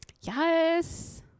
yes